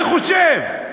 אני חושב,